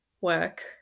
work